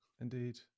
indeed